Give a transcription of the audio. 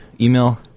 email